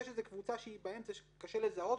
שיש קבוצה באמצע שקשה לזהות,